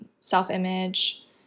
self-image